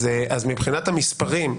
אז מבחינת המספרים,